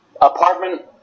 apartment